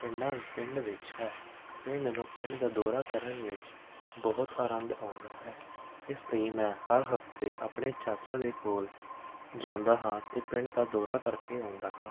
ਪਿੰਡਾਂ ਪਿੰਡ ਵਿੱਚ ਹੈ ਅਤੇ ਮੈਨੂੰ ਪਿੰਡ ਦਾ ਦੌਰਾ ਕਰਨ ਵਿੱਚ ਬਹੁਤ ਆਨੰਦ ਆਉਂਦਾ ਹੈ ਇਸ ਲਈ ਮੈਂ ਹਰ ਹਫ਼ਤੇ ਆਪਣੇ ਚਾਚਾ ਦੇ ਕੋਲ ਜਾਂਦਾ ਹਾਂ ਅਤੇ ਪਿੰਡ ਦਾ ਦੌਰਾ ਕਰਕੇ ਆਉਂਦਾ ਹਾਂ